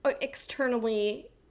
externally